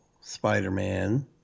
spider-man